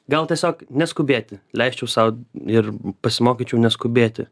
gal tiesiog neskubėti leisčiau sau ir pasimokyčiau neskubėti